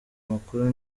makuru